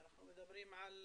אנחנו מדברים על